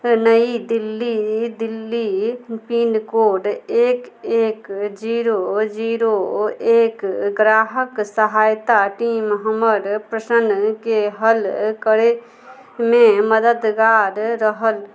नई Delhi Delhi pincode एक एक zero zero एक ग्राहक सहायता टीम हमर प्रश्नकेँ हल करैमे मददगार रहल